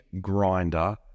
grinder